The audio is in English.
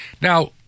Now